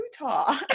Utah